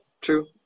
true